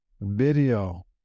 video